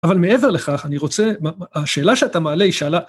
אבל מעבר לכך, אני רוצה, השאלה שאתה מעלה היא שאלה...